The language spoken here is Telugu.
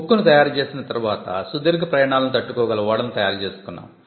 ఉక్కును తయారు చేసిన తర్వాత సుదీర్ఘ ప్రయాణాలను తట్టుకోగల ఓడలను తయారు చేసుకున్నాం